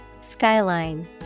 Skyline